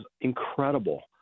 incredible